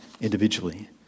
individually